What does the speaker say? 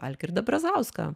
algirdą brazauską